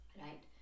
Right